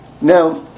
Now